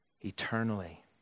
eternally